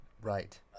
Right